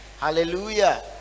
hallelujah